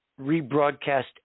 rebroadcast